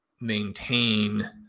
maintain